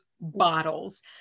bottles